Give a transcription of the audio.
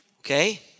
Okay